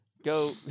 Go